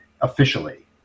officially